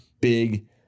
big